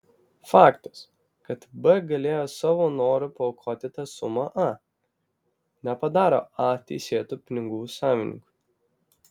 faktas kad b galėjo savo noru paaukoti tą sumą a nepadaro a teisėtu pinigų savininku